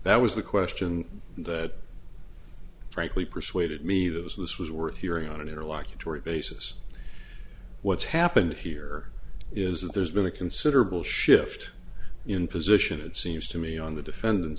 that was the question that frankly persuaded me those this was worth hearing on an interlocutory basis what's happened here is that there's been a considerable shift in position it seems to me on the defendant